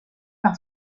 par